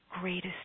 greatest